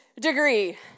degree